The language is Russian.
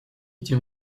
тем